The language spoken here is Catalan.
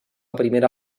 primera